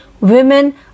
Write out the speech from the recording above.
women